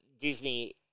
Disney